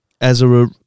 Ezra